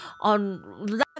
on